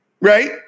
Right